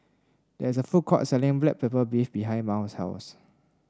there is a food court selling Black Pepper Beef behind Mal's house